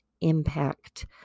impact